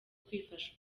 kwifasha